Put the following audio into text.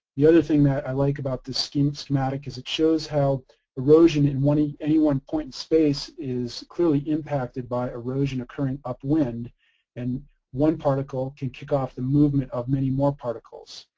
the other thing that i like about this scheme, schematic is it shows how erosion in one, any any one point in space is clearly impacted by erosion occurring up wind and one particle can kick off the movement of many more particles.